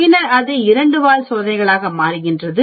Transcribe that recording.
பின்னர் அது இரண்டு வால் சோதனைகளாக மாறுகிறது